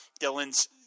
Dylan's